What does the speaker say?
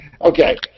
Okay